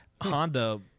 Honda